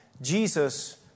jesus